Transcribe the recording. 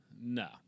No